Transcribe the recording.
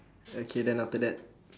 okay then after that